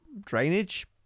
Drainage